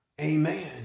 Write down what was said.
Amen